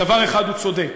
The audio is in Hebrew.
בדבר אחד הוא צודק: